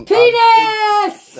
Penis